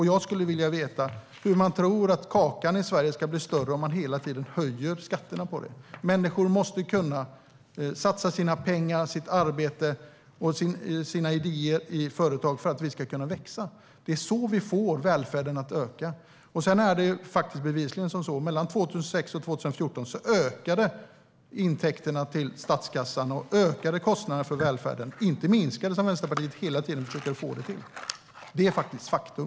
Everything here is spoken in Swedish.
Jag skulle vilja veta hur man tror att kakan i Sverige ska bli större om man hela tiden höjer skatterna på företagande. Människor måste kunna satsa sina pengar, sitt arbete och sina idéer i företag för att vi ska kunna växa. Det är så vi får välfärden att öka. Bevisligen är det så att mellan 2006 och 2014 ökade intäkterna till statskassan och kostnaderna för välfärden. De minskade inte, som Vänsterpartiet hela tiden försöker att få det till. Det är ett faktum.